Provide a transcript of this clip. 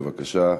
בבקשה.